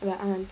the aunt